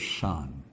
Son